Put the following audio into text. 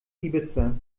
ibiza